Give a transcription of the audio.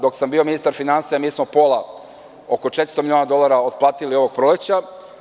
Dok sam bio ministar finansija, mi smo pola, oko 400 miliona dolara otplatili ovog proleća.